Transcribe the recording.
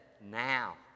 now